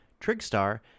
Trigstar